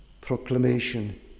Proclamation